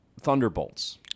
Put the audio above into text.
thunderbolts